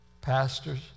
pastors